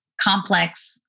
complex